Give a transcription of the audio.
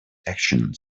actions